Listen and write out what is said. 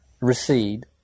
recede